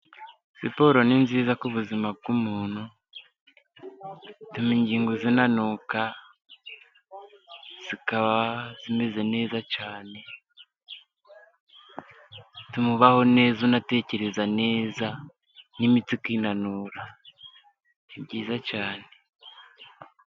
Siporo ni nziza ku buzima bw'umuntu, ituma ingingo zinanuka, zikaba zimeze neza cyane, ituma ubaho neza, unatekereza neza n'imitsi ikinanura, ni byiza cyane.